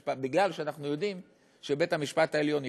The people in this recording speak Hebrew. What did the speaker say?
שבית-המשפט העליון יפסול.